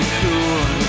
cool